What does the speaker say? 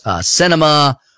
Cinema